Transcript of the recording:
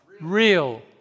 real